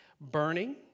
burning